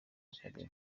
academy